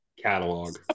catalog